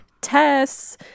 Tess